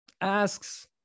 asks